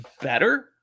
better